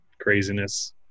craziness